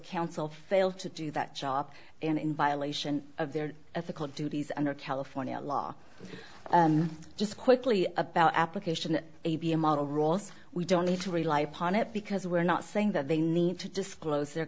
counsel failed to do that job and in violation of their ethical duties under california law just quickly about application a b a model rules we don't need to rely upon it because we're not saying that they need to disclose their